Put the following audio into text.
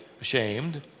ashamed